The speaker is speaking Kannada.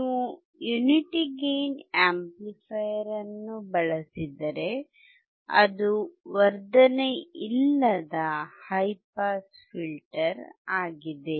ನೀವು ಯುನಿಟಿ ಗೇಯ್ನ್ ಆಂಪ್ಲಿಫೈಯರ್ ಅನ್ನು ಬಳಸಿದರೆ ಅದು ವರ್ಧನೆಯಿಲ್ಲದ ಹೈ ಪಾಸ್ ಫಿಲ್ಟರ್ ಆಗಿದೆ